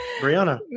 Brianna